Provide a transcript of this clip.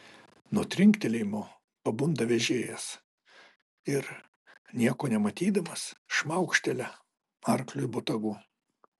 nuo trinktelėjimo pabunda vežėjas ir nieko nematydamas šmaukštelia arkliui botagu